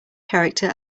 character